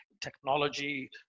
technology